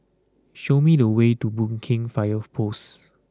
show me the way to Boon Keng Fire Post